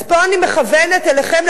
אז פה אני מכוונת אליכם,